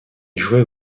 jouait